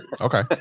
Okay